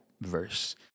verse